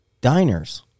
diners